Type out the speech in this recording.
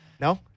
No